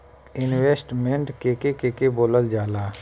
Investment के के बोलल जा ला?